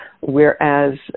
whereas